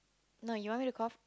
no you want me to cough